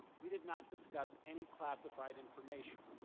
we did not discuss any classified information.